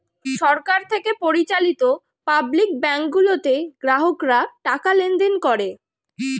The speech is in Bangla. সরকার থেকে পরিচালিত পাবলিক ব্যাংক গুলোতে গ্রাহকরা টাকা লেনদেন করে